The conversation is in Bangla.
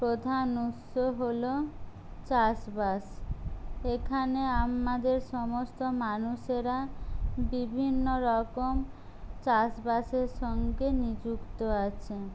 প্রধান উৎস হল চাষবাস এখানে আমাদের সমস্ত মানুষেরা বিভিন্ন রকম চাষবাসের সঙ্গে নিযুক্ত আছে